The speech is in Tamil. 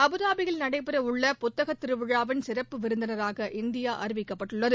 அபுதாபில் நடைபெற உள்ள புத்தக திருவிழாவிள் சிறப்பு விருந்தினராக இந்தியா அறிவிக்கப்பட்டுள்ளது